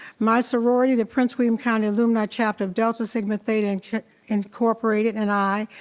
my sorority, the prince william county alumni chapter of delta sigma theta and incorporated, and i,